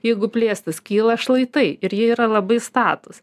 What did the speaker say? jeigu plėstis kyla šlaitai ir jie yra labai statūs